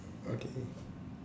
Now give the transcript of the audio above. okay